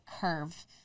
curve